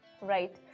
Right